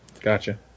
Gotcha